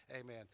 amen